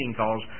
calls